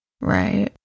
Right